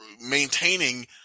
maintaining